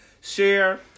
share